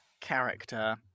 character